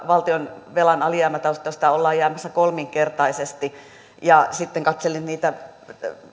valtionvelan alijäämätavoitteesta ollaan jäämässä kolminkertaisesti katselin niitä